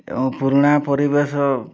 ଏବଂ ପୁରୁଣା ପରିବେଶ